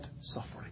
suffering